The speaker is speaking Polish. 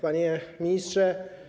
Panie Ministrze!